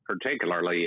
particularly